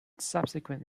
subsequent